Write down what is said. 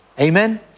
Amen